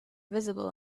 visible